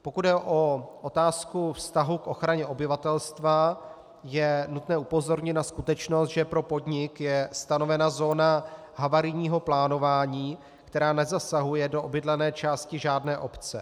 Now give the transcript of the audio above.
Pokud jde o otázku vztahu k ochraně obyvatelstva, je nutné upozornit na skutečnost, že pro podnik je stanovena zóna havarijního plánování, která nezasahuje do obydlené části žádné obce.